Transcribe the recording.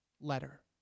letter